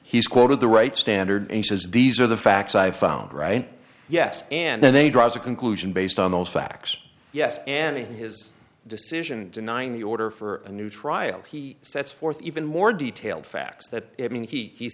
he's quoted the right standard and says these are the facts i found right yes and they draws a conclusion based on those facts yes and in his decision denying the order for a new trial he sets forth even more detailed facts that mean he